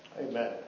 Amen